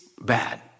bad